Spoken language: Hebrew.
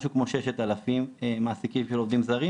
משהו כמו 6,000 מעסיקים של עובדים זרים,